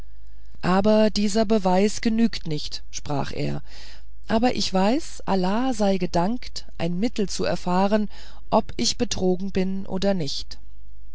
auch dieser beweis genügt nicht sprach er aber ich weiß allah sei es gedankt ein mittel zu erfahren ob ich betrogen bin oder nicht